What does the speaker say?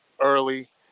early